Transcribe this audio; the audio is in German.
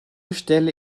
stelle